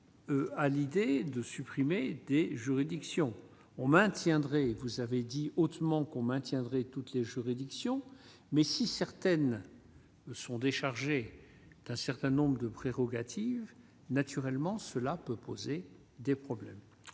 à l'idée de supprimer été juridiction on maintiendrait, vous avez dit hautement qu'on maintiendrait toutes les juridictions mais si certaines. Sont déchargés d'un certain nombre de prérogatives, naturellement, cela peut poser des problèmes,